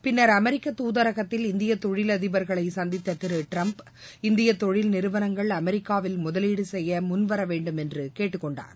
பின்னர் அமெரிக்க துதரகத்தில் இந்திய தொழில் அதிபர்களை சந்தித்த திரு டிரம்ப் இந்திய தொழில் நிறுவனங்கள் அமெரிக்காவில் முதலீடு செய்ய முன்வர வேண்டும் என்று கேட்டுக்கொண்டார்